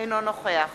אינו נוכח